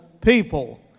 people